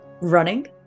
Running